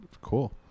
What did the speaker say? Cool